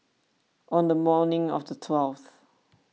on the morning of the twelfth